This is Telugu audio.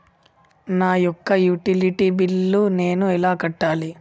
నా యొక్క యుటిలిటీ బిల్లు నేను ఎలా కట్టాలి?